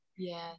Yes